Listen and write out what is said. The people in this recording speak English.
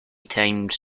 times